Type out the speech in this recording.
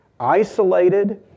Isolated